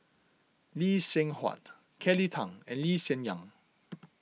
Lee Seng Huat Kelly Tang and Lee Hsien Yang